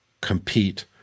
compete